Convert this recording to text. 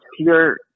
pure